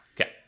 okay